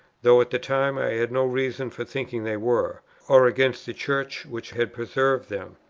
though at the time i had no reason for thinking they were or against the church, which had preserved them.